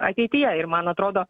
ateityje ir man atrodo